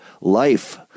Life